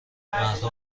مردم